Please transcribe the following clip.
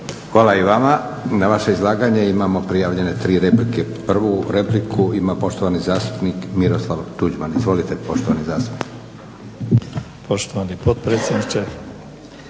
Hvala i vama. Na vaše izlaganje imamo prijavljene tri replike. Prvu repliku ima poštovani zastupnik Miroslav Tuđman. Izvolite poštovani zastupniče. **Tuđman, Miroslav